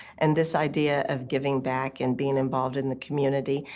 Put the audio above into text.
and this idea of giving back and being involved in the community,